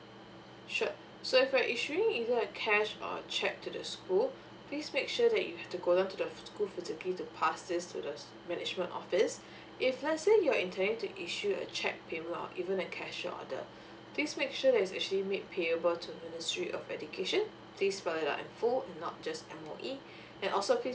sure so if you are issuing either a cash or cheque to the school please make sure that you have to go down to the school physically to pass this to the management office if let's say you are intending to issue a cheque payment or even a cashier order please make sure that it is actually made payable to ministry of education please spell it out in full and not just M_O_E and also